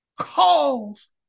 calls